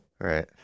Right